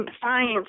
science